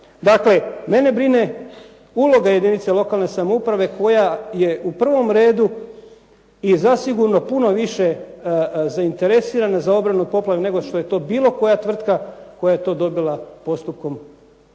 Dakle, mene brine uloga jedinica lokalne samouprave koja je u prvom redu i zasigurno puno više zainteresirana za obranu od poplave, nego što je to bilo koja tvrtka koja je to dobila postupkom